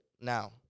Now